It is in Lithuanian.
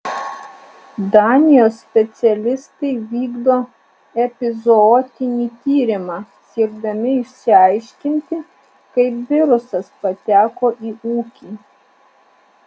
danijos specialistai vykdo epizootinį tyrimą siekdami išsiaiškinti kaip virusas pateko į ūkį